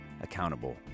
accountable